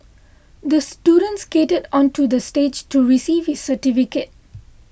the student skated onto the stage to receive his certificate